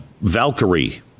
Valkyrie